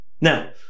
Now